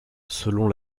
selon